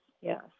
yes